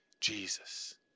Jesus